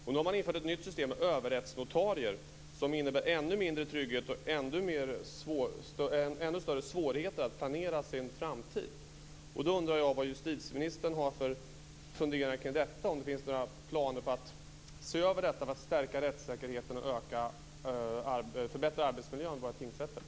Därför har det införts ett nytt system med överrättsnotarier som innebär ännu mindre trygghet och ännu större svårigheter att planera sin framtid. Då undrar jag vad justitieministern har för planer, om justitieministern är beredd att se över detta för att stärka rättssäkerheten och förbättra arbetsmiljön vid tingsrätterna.